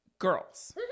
Girls